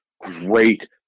great